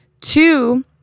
Two